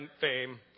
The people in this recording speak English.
fame